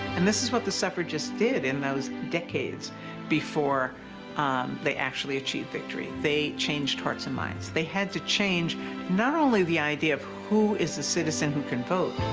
and this is what the suffrages did in those decades before um they actually achieved victory they changed hearts and minds they had to change not only the idea of who is the citizen who can vote,